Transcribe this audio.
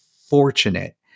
fortunate